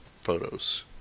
photos